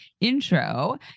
intro